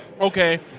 okay